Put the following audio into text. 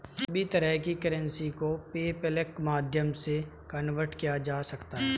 सभी तरह की करेंसी को पेपल्के माध्यम से कन्वर्ट किया जा सकता है